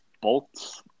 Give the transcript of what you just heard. bolts